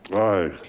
aye.